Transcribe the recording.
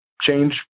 change